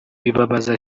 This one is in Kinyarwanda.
bibabaza